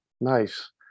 Nice